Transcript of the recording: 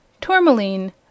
TOURMALINE